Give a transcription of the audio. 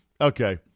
okay